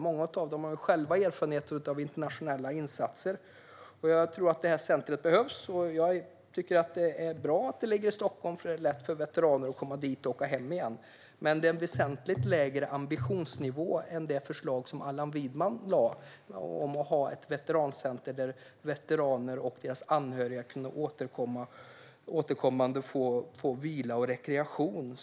Många av dem har själva erfarenheter av internationella insatser. Jag tror att centret behövs och tycker att det är bra att det ligger i Stockholm, för det är lätt för veteraner att komma dit och åka hem igen. Men det är en väsentligt lägre ambitionsnivå än Allan Widmans förslag om att ha ett veterancenter där veteraner och deras anhöriga återkommande kunde få vila och rekreation.